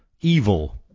evil